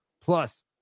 plus